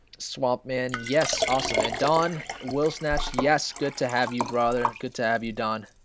swamp, man. yes awesome and dawn will snatch. yes. good to have you brother. good to have you don